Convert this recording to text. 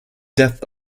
depth